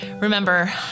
Remember